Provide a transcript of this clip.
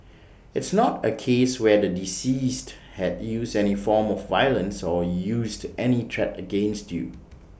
it's not A case where the deceased had used any form of violence or used any track against you